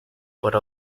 por